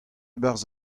barzh